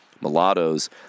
Mulattoes